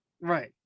Right